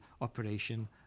operation